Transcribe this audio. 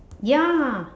ya